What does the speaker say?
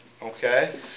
Okay